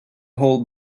whole